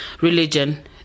religion